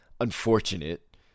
unfortunate